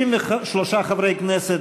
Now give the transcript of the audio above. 33 חברי כנסת,